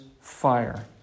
fire